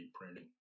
printing